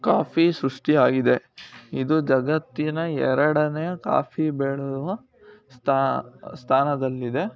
coffee ಸೃಷ್ಟಿಯಾಗಿದೆ ಇದು ಜಗತ್ತಿನ ಎರಡನೇ ಕಾಫಿ ಬೆಳೆಯುವ ಸ್ತಾ ಸ್ಥಾನದಲ್ಲಿದೆ